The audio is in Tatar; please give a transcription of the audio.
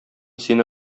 сине